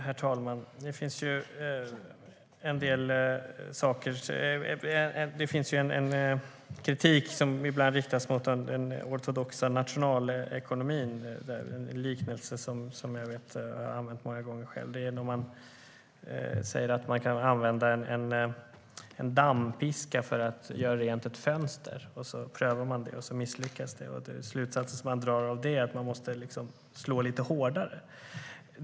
Herr talman! Det finns en del kritik som ibland riktas mot den ortodoxa nationalekonomin. En liknelse som jag har använt många gånger själv är att någon säger att man kan använda en dammpiska för att göra rent ett fönster. Så prövar man det, och det misslyckas. Den slutsats man drar av det är att man måste slå lite hårdare.